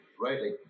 Right